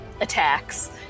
attacks